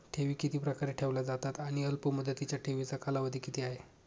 ठेवी किती प्रकारे ठेवल्या जातात आणि अल्पमुदतीच्या ठेवीचा कालावधी किती आहे?